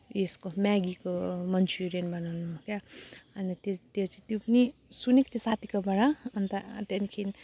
उयोको म्यागीको मनचुरियन बनाउनु क्या अन्त त्यो त्यो त्यो पनि सुनेको थिएँ साथीकोबाट अन्त त्यहाँदेखि